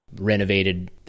renovated